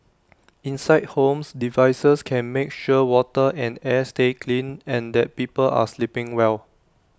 inside homes devices can make sure water and air stay clean and that people are sleeping well